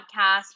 podcast